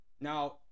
Now